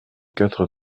quatre